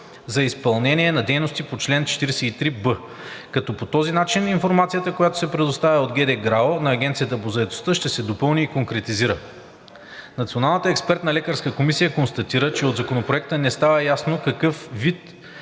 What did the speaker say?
за изпълнение на дейности по чл. 43б“, като по този начин информацията, която се предоставя от ГД „ГРАО“ на Агенцията по заетостта ще се допълни и конкретизира. Националната експертна лекарска комисия констатира, че от Законопроекта не става ясно какъв вид